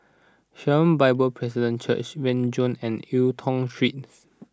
Sharon Bible Presbyterian Church Renjong and Eu Tong Street